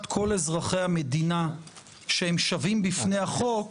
כל אזרחי המדינה שהם שווים בפני החוק